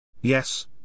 Yes